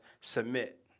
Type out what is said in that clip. submit